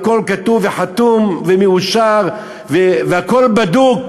הכול כתוב וחתום ומאושר והכול בדוק,